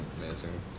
amazing